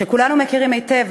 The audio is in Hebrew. שכולנו מכירים היטב,